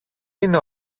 είναι